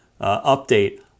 update